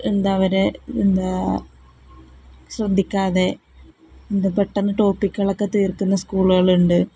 എന്താണ് അവരെ എന്താണ് ശ്രദ്ധിക്കാതെ എന്ത് പെട്ടെന്ന് ടോപ്പിക്കളൊക്കെ തീർക്കുന്ന സ്കൂളുകളും ഉണ്ട്